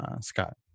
Scott